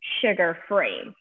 sugar-free